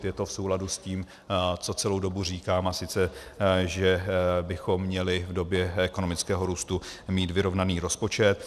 Je to v souladu s tím, co celou dobu říkám, a sice že bychom měli v době ekonomického růstu mít vyrovnaný rozpočet.